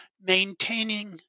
maintaining